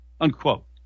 unquote